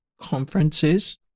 Conferences